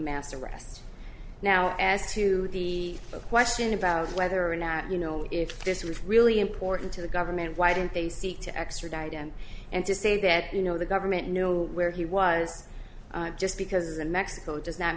arrest now as to the question about whether or not you know if this was really important to the government why didn't they seek to extradite him and to say that you know the government know where he was just because in mexico does not